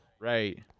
Right